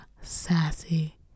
sassy